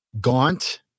gaunt